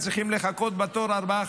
צריכים לחכות בתור ארבעה,